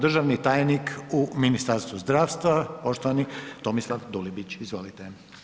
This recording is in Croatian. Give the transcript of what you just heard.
Državni tajnik u Ministarstvu zdravstva, poštovani Tomislav Dulibić, izvolite.